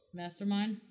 mastermind